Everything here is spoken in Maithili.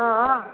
हँ